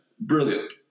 brilliant